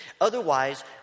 otherwise